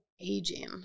aging